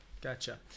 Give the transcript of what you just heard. gotcha